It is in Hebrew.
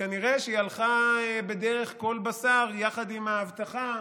וכנראה שהיא הלכה בדרך כל בשר יחד עם ההבטחה,